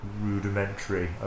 rudimentary